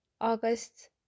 August